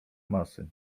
masy